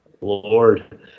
Lord